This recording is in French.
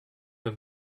donc